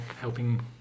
helping